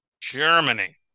germany